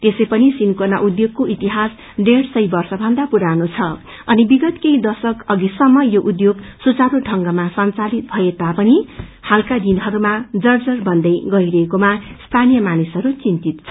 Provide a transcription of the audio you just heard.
त्यसै पनि सिन्कोना अघ्योगको इतिहास डेढ़ सय वर्षमन्दा पुरानो छ अनि विगत कही दश्वक अविसम्म यो उद्योग सुचारू ढंगमा संचालित भए तापिन हालका दिनहरूमा जर्जर बन्दै गइरहेकोमा स्थानीयमानिसहरू चिन्तित छन्